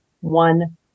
one